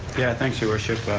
yeah, thanks, your worship.